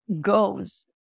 goes